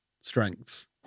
strengths